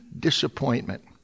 disappointment